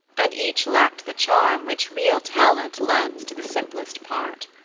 and each lacked the charm which real talent lends to the simplest part.